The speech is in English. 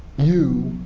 you